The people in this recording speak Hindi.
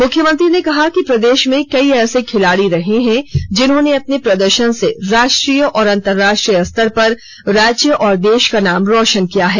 मुख्यमंत्री ने कहा कि प्रदेश में कई ऐसे खिलाड़ी रहे हैं जिन्होंने अपने प्रदर्शन से राष्ट्रीय और अंतरराष्ट्रीय स्तर पर राज्य और देश का नाम रोशन किया है